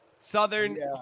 Southern